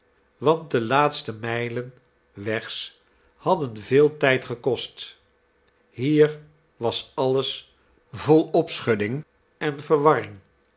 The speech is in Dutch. want de laatste mijlen wegs hadden veel tijd gekost hier was alles vol opschudding en verwarring